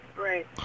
Right